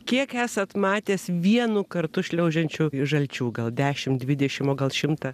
kiek esat matęs vienu kartu šliaužiančių žalčių gal dešimt dvidešimt o gal šimtą